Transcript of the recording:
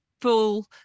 full